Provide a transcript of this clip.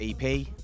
EP